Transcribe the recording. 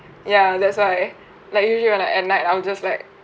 ya that's why like usually on a at night I'll just like